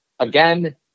Again